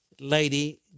lady